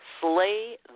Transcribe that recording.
slay